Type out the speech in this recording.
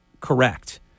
correct